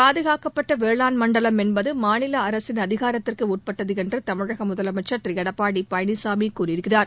பாதுகாக்கப்பட்ட வேளாண் மண்டலம் என்பது மாநில அரசின் அதிகாரத்திற்குட்பட்டது என்று தமிழக முதலமைச்சர் திரு எடப்பாடி பழனிசாமி கூறியிருக்கிறார்